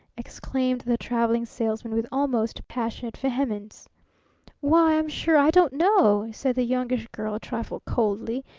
exclaimed the traveling salesman with almost passionate vehemence. why, i'm sure i don't know! said the youngish girl a trifle coldly.